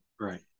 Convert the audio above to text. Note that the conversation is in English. right